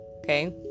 Okay